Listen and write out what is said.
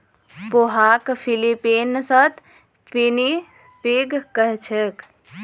पोहाक फ़िलीपीन्सत पिनीपिग कह छेक